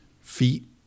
feet